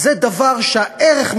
זה דבר שהערך,